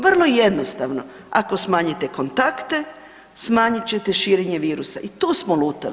Vrlo jednostavno, ako smanjite kontakte, smanjit ćete širenje virusa i tu smo lutali.